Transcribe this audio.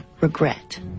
Regret